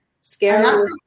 scary